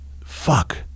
Fuck